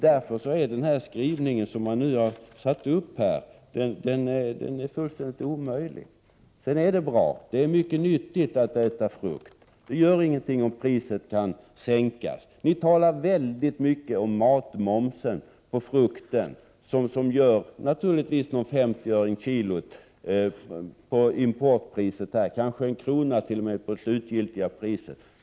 Därför är utskottets skrivning fullständigt omöjlig. Sedan vill jag bara säga att det är mycket nyttigt att äta frukt. Det gör ingenting om priset sänks. Ni talar väldigt mycket om matmomsen på frukt, som naturligtvis gör någon femtioöring per kilo på importpriset. Det kan t.o.m. bli fråga om en krona på det slutliga priset.